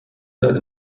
داد